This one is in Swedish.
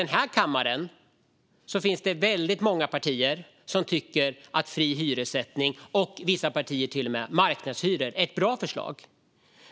Däremot finns det väldigt många partier i den här kammaren som tycker att fri hyressättning - vissa partier till och med marknadshyror - är ett bra förslag.